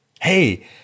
Hey